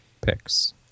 picks